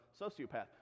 sociopath